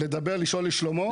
לדבר, לשאול לשלומו?